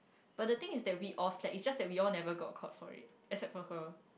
but then things is that we all slack it just that we all never got caught for it except for her